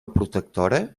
protectora